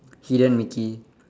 hidden mickey